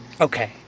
Okay